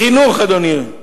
בחינוך, אדוני,